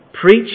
Preach